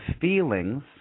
feelings